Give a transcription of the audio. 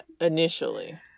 initially